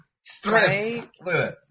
Strength